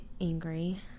angry